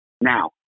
Now